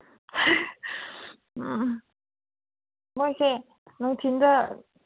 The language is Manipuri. ꯃꯣꯏꯁꯦ ꯅꯨꯡꯊꯤꯟꯗ